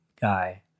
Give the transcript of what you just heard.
guy